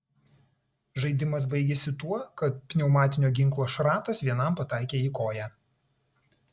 žaidimas baigėsi tuo kad pneumatinio ginklo šratas vienam pataikė į koją